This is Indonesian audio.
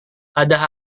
adakah